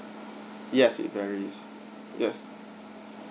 yes it vary yes